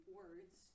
words